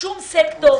לשום סקטור.